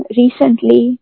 recently